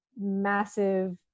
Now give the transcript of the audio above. massive